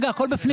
הכול בפנים.